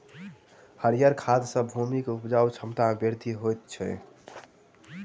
हरीयर खाद सॅ भूमि के उपजाऊ क्षमता में वृद्धि होइत अछि